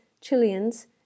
Chileans